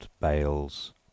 bales